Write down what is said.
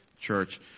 church